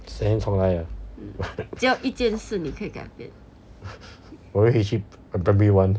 时间重来 ah 我会回去 primary one